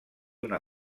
una